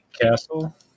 castle